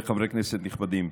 נכבדים,